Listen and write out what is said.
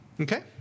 Okay